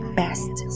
best